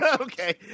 okay